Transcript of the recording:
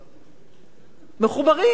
מחוברים בבעלות אנכית.